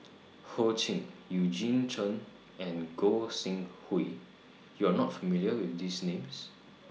Ho Ching Eugene Chen and Gog Sing Hooi YOU Are not familiar with These Names